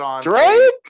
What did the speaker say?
Drake